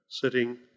sitting